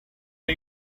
are